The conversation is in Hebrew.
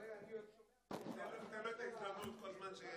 ממשלה זמנית,